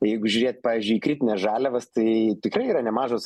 jeigu žiūrėt pavyzdžiui į kritines žaliavas tai tikrai yra nemažos